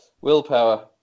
Willpower